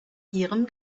ihrem